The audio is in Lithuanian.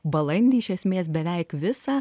balandį iš esmės beveik visą